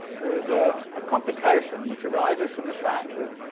there is a ah complication which arises from the fact that